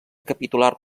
capitular